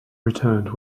returned